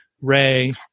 Ray